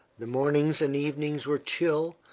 the mornings and evenings were chill,